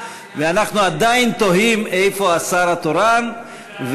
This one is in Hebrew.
ואנחנו עדיין תוהים איפה השר התורן,